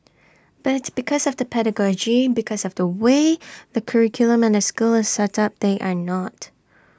but because of the pedagogy because of the way the curriculum and the school is set up they are not